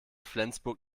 flensburg